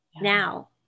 now